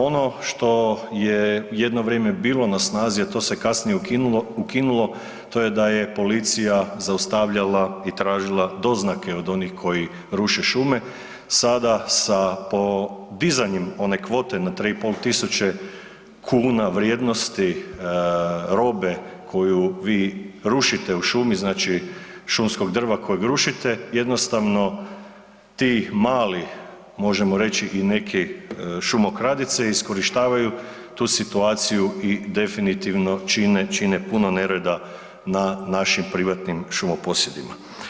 Ono što je jedno vrijeme bilo na snazi, a to se kasnije ukinulo to je da je policija zaustavljala i tražila doznake od onih koji ruše šume, sada sa podizanjem one kvote na 3.500 kuna vrijednosti robe koju vi rušite u šumi, znači šumskog drva kojeg rušite jednostavno tih malih možemo reći i neki šumokradice iskorištavaju tu situaciju i definitivno čine puno nereda na našim privatnim šumoposjedima.